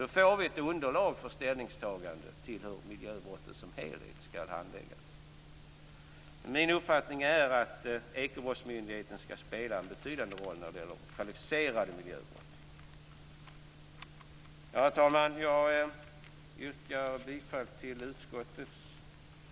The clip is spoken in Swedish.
Då blir det ett underlag till att ta ställning till hur miljöbrott som helhet skall handläggas. Min uppfattning är att Ekobrottsmyndigheten skall spela en betydande roll när det gäller kvalificerade miljöbrott. Herr talman! Jag yrkar bifall till utskottets hemställan och avslag på reservationerna.